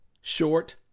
short